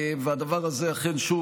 והדבר הזה אכן,